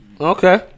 Okay